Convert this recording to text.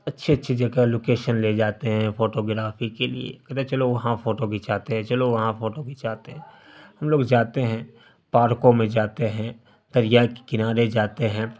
اچھی اچھی جگہ لوکیشن لے جاتے ہیں فوٹو گرافی کے لیے کہتے ہیں چلو وہاں فوٹو کھچاتے ہیں چلو وہاں فوٹو کھچاتے ہیں ہم لوگ جاتے ہیں پارکوں میں جاتے ہیں دریا کے کنارے جاتے ہیں